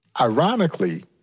Ironically